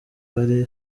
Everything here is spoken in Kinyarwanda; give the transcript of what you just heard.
party